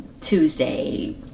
Tuesday